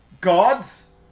Gods